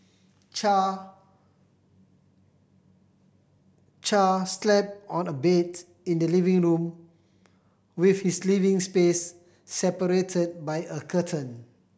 Char Char slept on a beds in the living room with his living space separated by a curtain